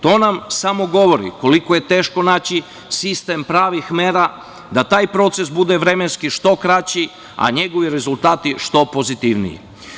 To nam samo govori koliko je teško naći sistem pravih mera, da taj proces bude vremenski što kraći, a njegovi rezultati što pozitivniji.